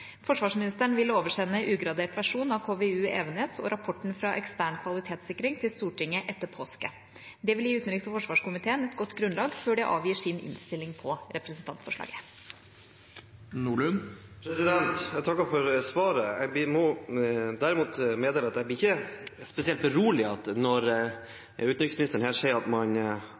Forsvarsministeren vil oversende ugradert versjon av KVU Evenes og rapporten fra ekstern kvalitetssikring til Stortinget etter påske. Det vil gi utenriks- og forsvarskomiteen et godt grunnlag før de avgir sin innstilling på representantforslaget. Jeg takker for svaret. Jeg må meddele at jeg ikke blir spesielt beroliget når utenriksministeren her sier at man